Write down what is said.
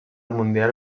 mundial